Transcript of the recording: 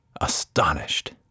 astonished